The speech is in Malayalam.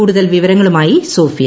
കൂടുതൽ വിവരങ്ങളുമായി സോഫിയ